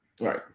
right